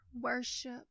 worship